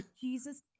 jesus